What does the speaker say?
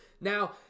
Now